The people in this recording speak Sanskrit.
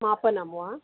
मापनं वा